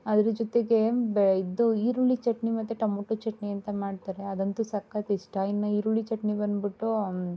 ಅದರ ಜೊತೆಗೆ ಬೆ ಇದು ಈರುಳ್ಳಿ ಚಟ್ನಿ ಮತ್ತೆ ಟೊಮೊಟೊ ಚಟ್ನಿ ಅಂತ ಮಾಡ್ತಾರೆ ಅದಂತು ಸಕತ್ತು ಇಷ್ಟ ಇನ್ನು ಈರುಳ್ಳಿ ಚಟ್ನಿ ಬಂದುಬಿಟ್ಟು